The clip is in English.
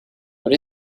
what